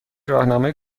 راهنمای